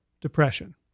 depression